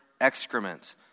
excrement